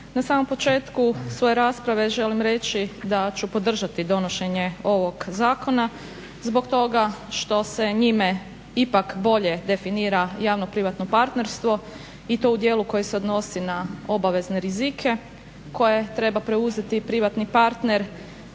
Na samom početku svoje rasprave želim reći da ću podržati donošenje ovog zakona. Zbog toga što se njime ipak bolje definira javno-privatno partnerstvo i to u djelu koji se odnosi na obavezne rizike koje treba preuzeti privatni partner.